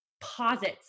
posits